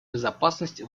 безопасности